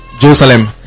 Jerusalem